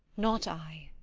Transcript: not i.